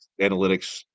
analytics